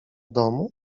domu